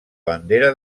bandera